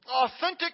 Authentic